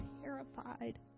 terrified